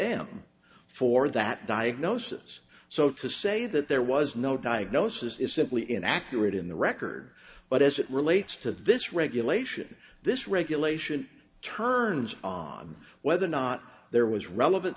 m for that diagnosis so to say that there was no diagnosis is simply inaccurate in the record but as it relates to this regulation this regulation turns on whether or not there was relevant